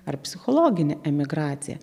ar psichologinė emigracija